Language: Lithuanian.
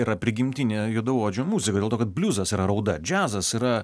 yra prigimtinė juodaodžių muzika dėl to kad bliuzas yra rauda džiazas yra